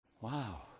Wow